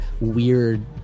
weird